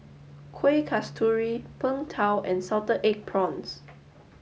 Kueh Kasturi Png Tao and salted egg prawns